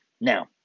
now